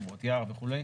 שמורות יער וכו',